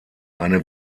eine